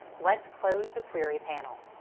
let's close the query panel.